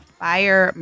fire